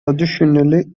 additionally